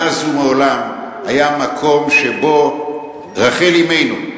מאז ומעולם היה מקום שבו רחל אמנו,